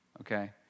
okay